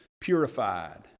purified